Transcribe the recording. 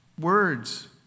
words